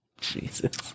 Jesus